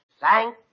Thank